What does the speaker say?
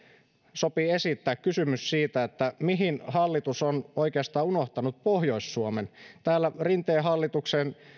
sopii esittää kysymys siitä mihin hallitus on oikeastaan unohtanut pohjois suomen rinteen